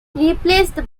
replaced